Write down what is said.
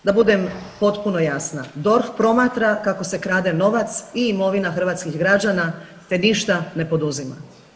Da budem potpuno jasna DORH promatra kako se krade novac i imovina hrvatskih građana te ništa ne poduzima.